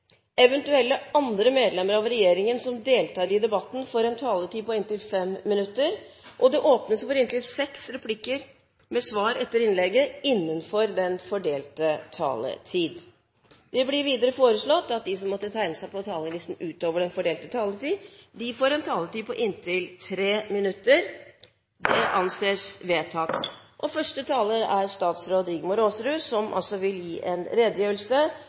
Eventuelle andre medlemmer av regjeringen som deltar i debatten, får en taletid på inntil 5 minutter, og det åpnes for inntil seks replikker med svar etter innlegget innenfor den fordelte taletid. Videre blir det foreslått at de som måtte tegne seg på talerlisten utover den fordelte taletid, får en taletid på inntil 3 minutter. – Det anses vedtatt.